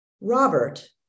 Robert